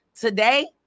Today